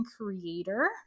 creator